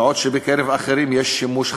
בעוד שבקרב האחרים יש שימוש חסר.